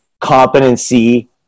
competency